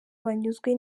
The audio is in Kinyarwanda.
banyuzwe